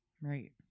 Right